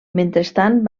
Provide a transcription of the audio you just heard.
mentrestant